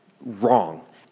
wrong